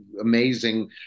amazing